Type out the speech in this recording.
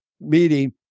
meeting